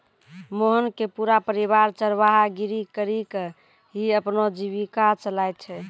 मोहन के पूरा परिवार चरवाहा गिरी करीकॅ ही अपनो जीविका चलाय छै